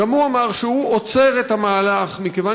גם הוא אמר שהוא עוצר את המהלך מכיוון